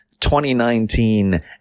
2019